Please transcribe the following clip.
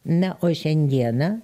na o šiandieną